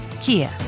Kia